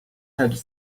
head